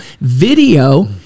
Video